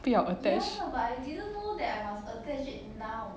不要 attach